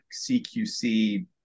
CQC